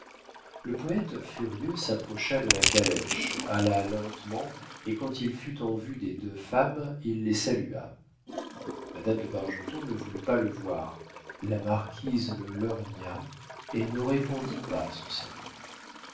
le poète furieux s'approcha de la calèche alla lentement et quand il fut en vue des deux femmes il les salua madame de bargeton ne voulut pas le voir la marquise le lorgna et ne répondit pas à son salut